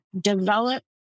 develop